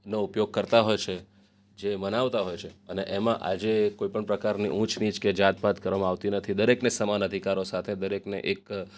નો ઉપયોગ કરતા હોય છે જે મનાવતા હોય છે અને એમાં આજે કોઈ પણ પ્રકારની ઊંચ નીચ કે જાત પાત કરવામાં આવતી નથી દરેકને સમાન અધિકારો સાથે દરેકને એક